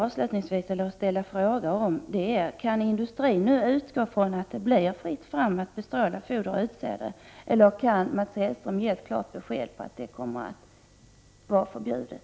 Avslutningsvis vill jag fråga om industrin nu kan utgå från att det blir fritt fram att bestråla foder och utsäde, eller kan Mats Hellström ge ett klart besked om att detta kommer att vara förbjudet?